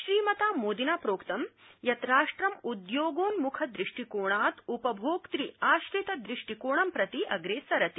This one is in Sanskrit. श्री मोदिना प्रोक्त यत् राष्ट्र उद्योगोन्मुख दृष्टिकोणात् उपभोक्त आश्रित दृष्टिकोणं प्रति अग्रेसरति